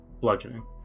Bludgeoning